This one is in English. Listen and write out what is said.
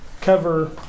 cover